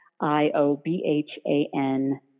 I-O-B-H-A-N